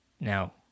now